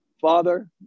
Father